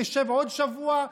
נשב עוד שבוע,